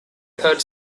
third